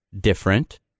different